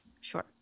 sure